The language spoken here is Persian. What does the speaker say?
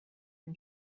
این